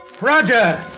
Roger